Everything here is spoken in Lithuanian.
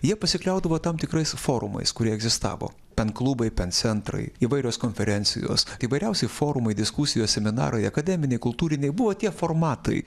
jie pasikliaudavo tam tikrais forumais kurie egzistavo pen klubai pen centrai įvairios konferencijos įvairiausi forumai diskusijos seminarai akademiniai kultūriniai buvo tie formatai